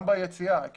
גם ביציאה.